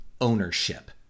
ownership